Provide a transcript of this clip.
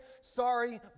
Sorry